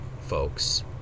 folks